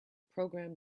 program